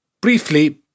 Briefly